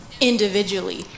individually